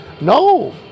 no